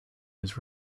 was